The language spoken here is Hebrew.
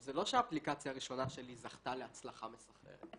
זה לא שהאפליקציה הראשונה שלי זכתה להצלחה מסחררת,